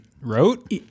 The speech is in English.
wrote